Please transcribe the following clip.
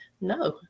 no